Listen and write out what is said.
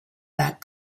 that